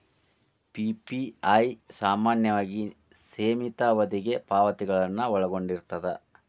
PPI ಸಾಮಾನ್ಯವಾಗಿ ಸೇಮಿತ ಅವಧಿಗೆ ಪಾವತಿಗಳನ್ನ ಒಳಗೊಂಡಿರ್ತದ